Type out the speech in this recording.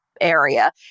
area